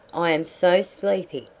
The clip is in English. i am so sleepy.